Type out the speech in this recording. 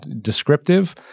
descriptive